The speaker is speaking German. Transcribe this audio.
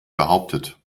behauptet